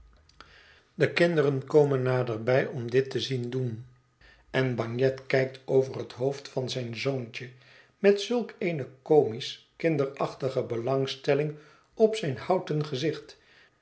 de kinderen komen naderbij om dit te zien doen en bagnet kijkt over het hoofd van zijn zoontje met zulk eene comisch kinderachtige belangstelling op zijn houten gezicht